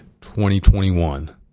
2021